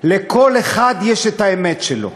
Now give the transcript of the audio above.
לכל אחד יש האמת שלו.